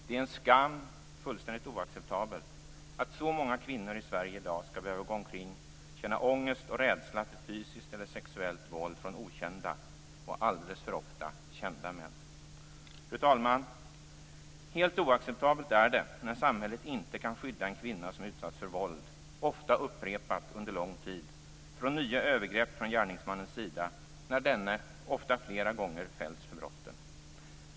Det är en skam och fullständigt oacceptabelt att så många kvinnor i Sverige i dag skall behöva gå omkring och känna ångest och rädsla för fysiskt eller sexuellt våld från okända och alldeles för ofta kända män. Fru talman! Helt oacceptabelt är det när samhället inte kan skydda en kvinna som utsatts för våld - ofta upprepat under lång tid - från nya övergrepp från gärningsmannens sida, när denne ofta flera gånger fällts för brotten.